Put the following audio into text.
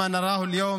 מה שאנחנו רואים היום